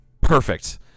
perfect